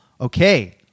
Okay